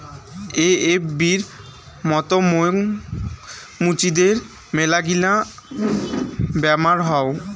এ.এফ.বির মত মৌ মুচিদের মেলাগিলা বেমার হউ